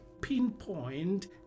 pinpoint